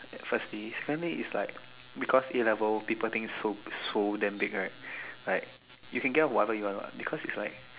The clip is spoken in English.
firstly secondly is like because A-level people think so so damn big right like you can get whatever you want what because is like